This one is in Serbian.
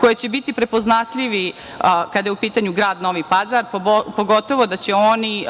koji će biti prepoznatljivi kada je u pitanju grad Novi Pazar, pogotovo da će oni